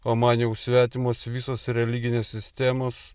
o man jau svetimos visos religinės sistemos